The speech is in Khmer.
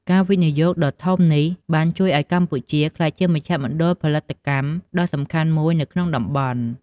ការវិនិយោគដ៏ធំនេះបានជួយឱ្យកម្ពុជាក្លាយជាមជ្ឈមណ្ឌលផលិតកម្មដ៏សំខាន់មួយនៅក្នុងតំបន់។